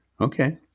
okay